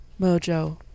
Mojo